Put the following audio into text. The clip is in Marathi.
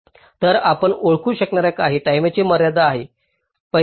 तर आपण ओळखू शकणार्या काही टाईमेची मर्यादा आहेत